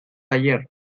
ayer